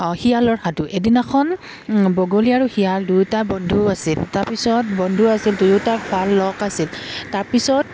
শিয়ালৰ সাধু এদিনাখন বগলী আৰু শিয়াল দুয়োটা বন্ধু আছিল তাৰপিছত বন্ধু আছিল দুয়োটা ভাল লগ আছিল তাৰপিছত